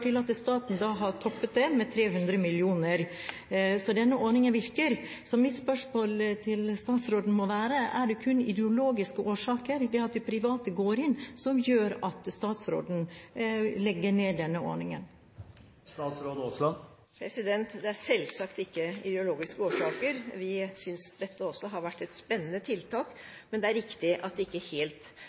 til at staten har toppet det med 300 mill. kr – så denne ordningen virker. Mitt spørsmål til statsråden må være: Er det kun ideologiske årsaker – det at private går inn – som gjør at statsråden legger ned denne ordningen? Det er selvsagt ikke ideologiske årsaker. Vi synes dette har vært et spennende tiltak, men det er riktig at det ikke helt